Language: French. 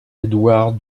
édouard